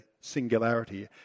singularity